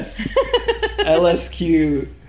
LSQ